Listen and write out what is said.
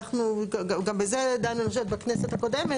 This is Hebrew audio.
גם בזה דנו אני חושבת בכנסת הקודמת.